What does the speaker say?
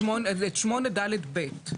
את 8ד(ב).